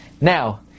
Now